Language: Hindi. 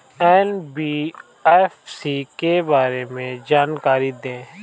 एन.बी.एफ.सी के बारे में जानकारी दें?